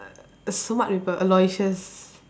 err smart people Aloysius